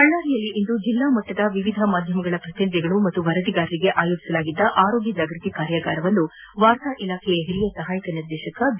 ಬಳ್ಕಾರಿಯಲ್ಲಿಂದು ಜಿಲ್ಲಾ ಮಟ್ಟದ ವಿವಿಧ ಮಾಧ್ಯಮಗಳ ಪ್ರತಿನಿಧಿಗಳು ಮತ್ತು ವರದಿಗಾರರಿಗೆ ಆಯೋಜಿಸಲಾಗಿದ್ದ ಆರೋಗ್ಯ ಜಾಗೃತಿ ಕಾರ್ಯಾಗಾರವನ್ನು ವಾರ್ತಾ ಇಲಾಖೆಯ ಹಿರಿಯ ಸಹಾಯಕ ನಿರ್ದೇಶಕ ಬಿ